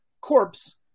corpse